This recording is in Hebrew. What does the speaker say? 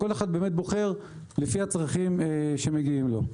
כל אחד בוחר לפי הצרכים שלו.